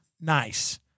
nice